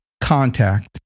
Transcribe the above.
contact